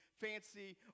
fancy